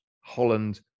Holland